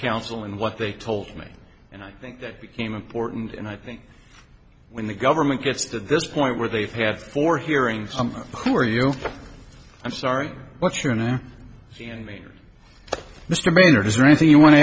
counsel and what they told me and i think that became important and i think when the government gets to this point where they've had four hearings some who are you i'm sorry what's your name and me mr maynard is there anything you want to